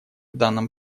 данном